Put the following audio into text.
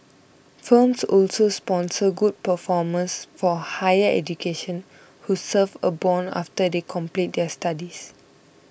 firms also sponsor good performers for higher education who serve a bond after they complete their studies